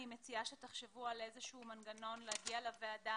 אני מציעה שתחשבו על איזשהו מנגנון להגיע לוועדה